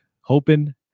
Hoping